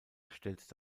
erstellt